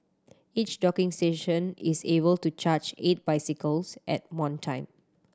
each docking station is able to charge eight bicycles at one time